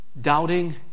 doubting